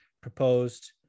proposed